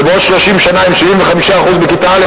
ובעוד 30 שנה הם 75% בכיתה א',